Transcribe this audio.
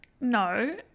no